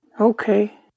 Okay